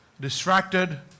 distracted